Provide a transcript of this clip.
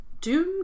Doom